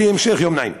והמשך יום נעים.